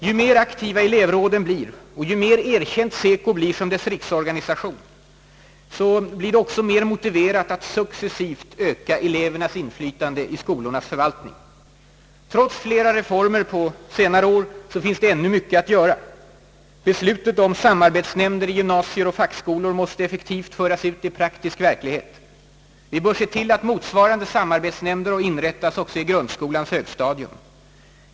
Ju mer aktiva elevråden blir och ju mer erkänt SECO blir som elevernas riksorganisation, desto mer motiverat blir det att successivt öka elevernas inflytande i skolornas förvaltning. Trots flera reformer på senare år finns det ännu mycket att göra. Beslutet om samarbetsnämnder i gymnasier och fackskolor måste t.ex. effektivt föras ut i praktisk verklighet. Vi bör se till att motsvarande samarbetsnämnder inrättas också på grundskolans högstadium.